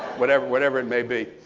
whatever whatever it may be.